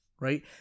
right